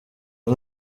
ari